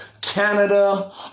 Canada